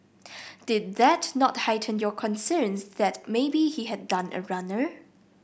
did that not heighten your concerns that maybe he had done a runner